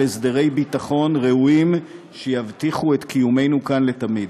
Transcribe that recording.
הסדרי ביטחון ראויים שיבטיחו את קיומנו כאן לתמיד.